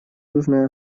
южной